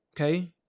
Okay